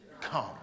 come